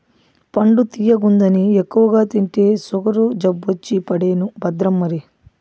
పండు తియ్యగుందని ఎక్కువగా తింటే సుగరు జబ్బొచ్చి పడేను భద్రం మరి